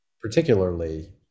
particularly